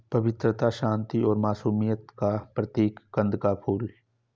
पवित्रता, शांति और मासूमियत का प्रतीक है कंद का फूल